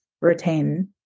retain